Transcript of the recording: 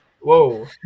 Whoa